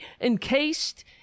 encased